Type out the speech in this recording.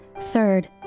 Third